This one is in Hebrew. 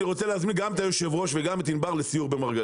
אני רוצה להזמין גם את היו"ר וגם את ענבר לסיור במרגליות.